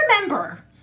remember